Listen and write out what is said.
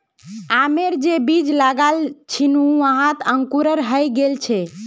आमेर जे बीज लगाल छिनु वहात अंकुरण हइ गेल छ